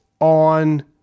on